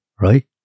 right